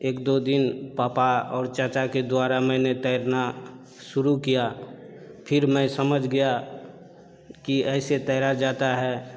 एक दो दिन पापा और चाचा के द्वारा मैने तैरना शुरू किया फिर मैं समझ गया कि ऐसे तैरा जाता है